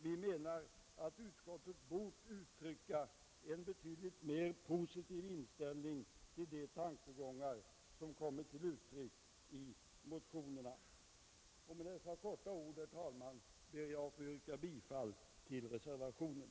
Vi menar att utskottet har bort uttrycka en betydligt mer positiv inställning till de tankegångar som har framförts i motionerna. Med dessa få ord, herr talman, ber jag att få yrka bifall till reservationen.